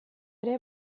ere